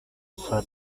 for